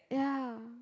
ya